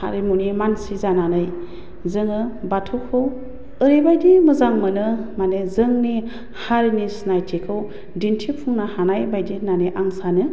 हारिमुनि मानसि जानानै जोङो बाथौखौ ओरैबायदि मोजां मोनो माने जोंनि हारिनि सिनायथिखौ दिन्थिफुंनो हानाय बायदि होन्नानै आं सानो